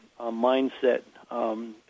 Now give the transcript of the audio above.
mindset